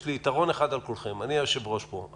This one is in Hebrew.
יש לי יתרון אחד על כולכם: אני היושב-ראש פה.